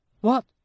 What